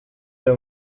uyu